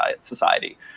society